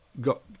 got